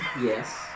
Yes